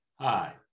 Hi